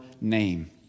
name